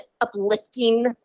uplifting